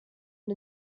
out